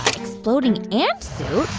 exploding ant suit?